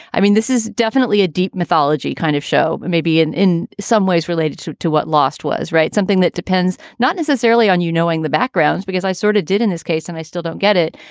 i mean, this is definitely a deep mythology kind of show, but maybe in in some ways related to to what lost was right. something that depends not necessarily on you knowing the background because i sort of did in this case and i still don't get it.